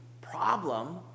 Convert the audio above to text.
problem